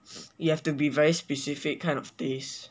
you have to be very specific kind of taste